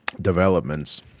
Developments